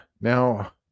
Now